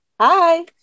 Hi